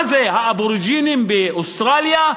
מה זה, האבוריג'ינים באוסטרליה?